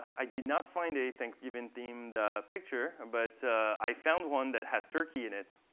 i did not find a thanksgiving themed picture. but i found one that has turkey in it.